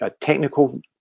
technical